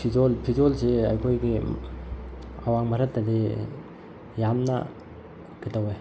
ꯐꯤꯖꯣꯜꯁꯦ ꯑꯩꯈꯣꯏꯒꯤ ꯑꯋꯥꯡ ꯚꯥꯔꯠꯇꯗꯤ ꯌꯥꯝꯅ ꯀꯩꯗꯧꯋꯦ